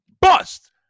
bust